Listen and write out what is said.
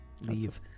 leave